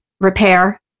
repair